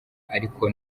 ariko